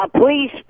please